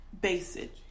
basic